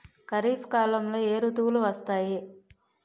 ఖరిఫ్ కాలంలో ఏ ఋతువులు వస్తాయి?